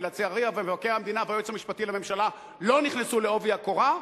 ולצערי הרב מבקר המדינה והיועץ המשפטי לממשלה לא נכנסו בעובי הקורה,